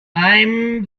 i’m